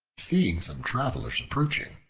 seeing some travelers approaching,